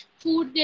food